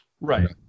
Right